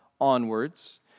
onwards